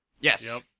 Yes